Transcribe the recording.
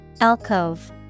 Alcove